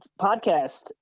podcast